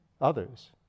others